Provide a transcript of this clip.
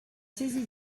saisie